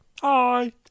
Hi